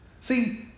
See